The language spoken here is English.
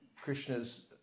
Krishna's